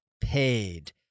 paid